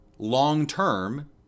Long-term